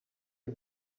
you